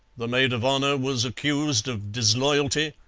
the maid of honour was accused of disloyalty,